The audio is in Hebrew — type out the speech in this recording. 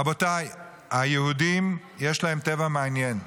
רבותיי, היהודים יש להם טבע מעניין.